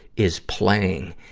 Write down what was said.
is, playing.